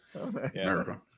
America